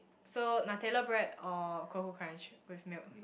so Nutella bread or Koko Krunch with milk